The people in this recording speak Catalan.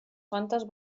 quantes